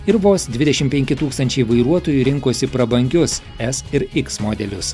ir vos dvidešim penki tūkstančiai vairuotojų rinkosi prabangius s ir x modelius